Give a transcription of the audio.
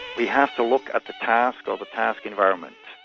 we have to look at the task or the task environment.